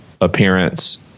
appearance